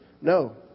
No